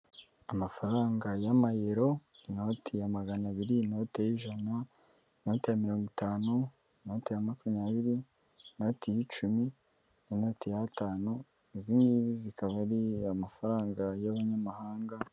Amafaranga y'amayero, inoti ya magana abiri, inoti y'ijana, inote ya mirongo itanu, inoti ya makumyabiri, inoti y'icumi, n'inoti y'atanu, izingizi zikaba ari amafaranga y'abanyamahanga.